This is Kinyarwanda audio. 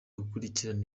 gukurikirana